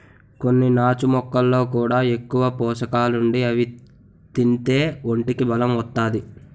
కొన్ని నాచు మొక్కల్లో కూడా ఎక్కువ పోసకాలుండి అవి తింతే ఒంటికి బలం ఒత్తాది